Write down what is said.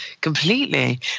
completely